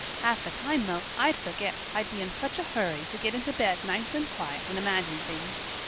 half the time, though, i'd forget, i'd be in such a hurry to get into bed nice and quiet and imagine things.